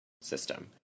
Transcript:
system